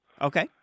Okay